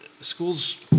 schools